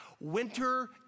Winter